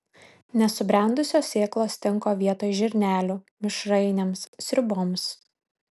nesubrendusios sėklos tinka vietoj žirnelių mišrainėms sriuboms